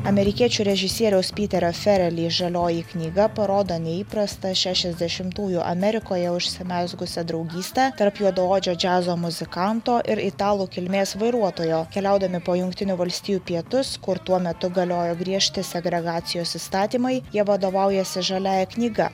amerikiečių režisieriaus peterio fereali žalioji knyga parodo neįprastą šešiasdešimtųjų amerikoje užsimezgusią draugystę tarp juodaodžio džiazo muzikanto ir italų kilmės vairuotojo keliaudami po jungtinių valstijų pietus kur tuo metu galiojo griežti segregacijos įstatymai jie vadovaujasi žaliąja knyga